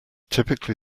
typically